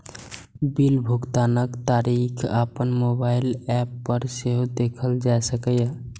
bill भुगतानक तारीख अपन मोबाइल एप पर सेहो देखल जा सकैए